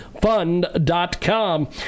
Fund.com